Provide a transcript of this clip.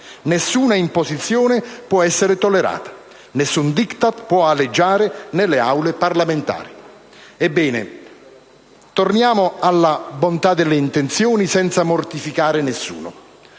Nessuna imposizione può essere tollerata. Nessun *diktat* può aleggiare nelle Aule parlamentari. Ebbene, torniamo alla bontà delle intenzioni, senza mortificare nessuno.